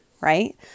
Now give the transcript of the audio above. right